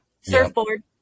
surfboard